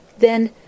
Then